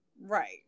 Right